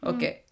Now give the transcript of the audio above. Okay